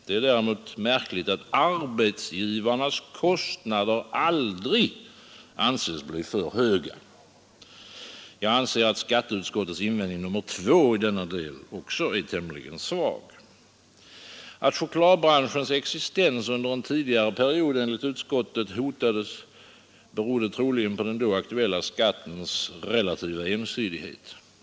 Det är däremot märkligt att arbetsgivarnas kostnader aldrig anses bli för höga. Jag anser alltså att skatteutskottets invändning nr 2 i denna del också är tämligen svag. Att chokladbranschens existens under en tidigare period enligt utskottet hotades, berodde troligen på den då aktuella skattens relativa ensidighet.